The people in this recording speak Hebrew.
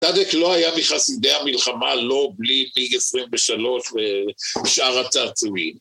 תדק לא היה מחסידי המלחמה, לא בלי מיג 23 ושאר הצעצועים.